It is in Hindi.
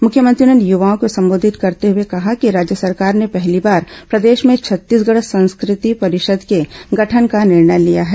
मुख्यमंत्री ने युवाओं को संबोधित करते हुए कहा कि राज्य सरकार ने पहली बार प्रदेश में छत्तीसगढ़ संस्कृति परिषद के गठन का निर्णय लिया है